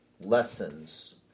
lessons